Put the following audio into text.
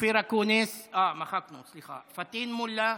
אופיר אקוניס, אה, מחקנו, סליחה, פטין מולא.